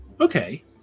Okay